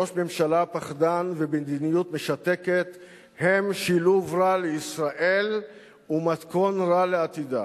ראש ממשלה פחדן ומדיניות משתקת הם שילוב רע לישראל ומתכון רע לעתידה.